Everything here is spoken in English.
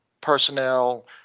personnel